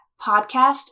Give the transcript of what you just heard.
podcast